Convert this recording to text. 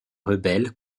rebelle